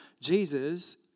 Jesus